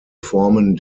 formen